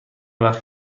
وقت